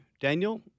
Daniel